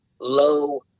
low